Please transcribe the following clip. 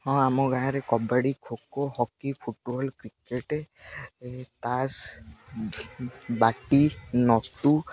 ହଁ ଆମ ଗାଁରେ kabaddi kho kho hockey football cricket ତାସ୍ ବାଟି ନଟୁ